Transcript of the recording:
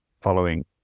following